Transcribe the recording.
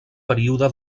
període